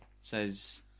says